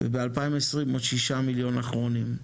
ב- 2020 עוד 6 מיליון אחרונים,